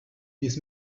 this